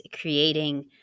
creating